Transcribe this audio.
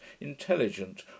intelligent